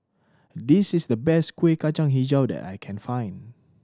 this is the best Kueh Kacang Hijau that I can find